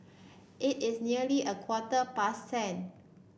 it is nearly a quarter past ten